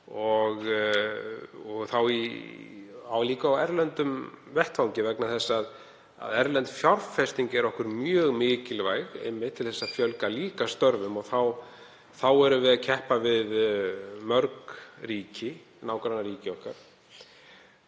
og þá líka á erlendum vettvangi. Erlend fjárfesting er okkur mjög mikilvæg einmitt til að fjölga störfum og þá erum við að keppa við mörg ríki, nágrannaríki okkar.